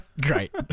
Great